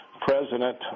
president